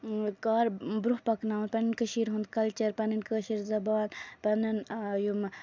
کار برونہہ پَکناوُن پَنٕنۍ کٔشیٖر ہُند کَلچر پَنٕنۍ کٲشر زَبان پَنُن یِم کارپینٹری